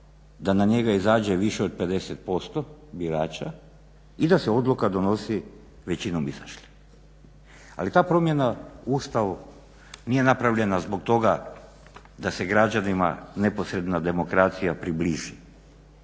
da na njega izađe više od 50% birača i da se odluka donosi većinom izašlih. Ali ta promjena u Ustavu nije napravljena zbog toga da se građanima neposredna demokracija približi,